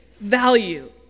value